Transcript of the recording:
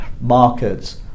markets